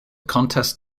contest